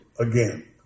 Again